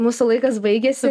mūsų laikas baigėsi